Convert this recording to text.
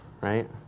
right